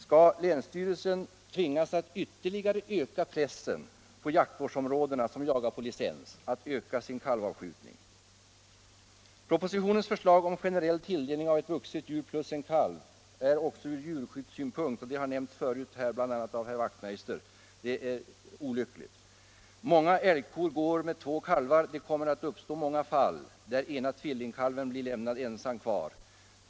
Skall länsstyrelsen tvingas ytterligare öka pressen på de jaktvårdsområden som jagar på licens för att de skall öka sin kalvavskjutning? Propositionens förslag om generell tilldelning av ett vuxet djur plus en kalv är också ur djurskyddssynpunkt — det har nämnts här förut, bl.a. av herr Wachtmeister i Johannishus —- mycket olyckligt. Många älgkor går med två kalvar. Det kommer att uppstå många fall där den ena tvillingkalven blir lämnad ensam kvar.